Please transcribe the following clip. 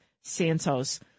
Santos